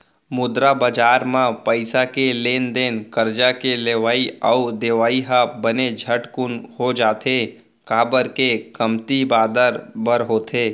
मुद्रा बजार म पइसा के लेन देन करजा के लेवई अउ देवई ह बने झटकून हो जाथे, काबर के कमती दिन बादर बर होथे